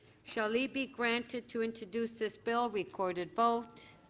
shall leave be granteded to introduce this bill, recorded vote.